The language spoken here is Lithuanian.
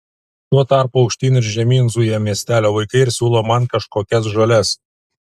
tuo tarpu aukštyn ir žemyn zuja miestelio vaikai ir siūlo man kažkokias žoles